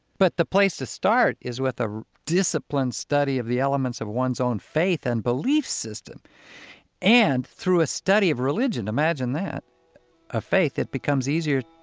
but the place to start is with a disciplined study of the elements of one's own faith and belief system and through a study of religion imagine that a faith that becomes easier,